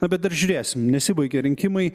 na bet dar žiūrėsim nesibaigė rinkimai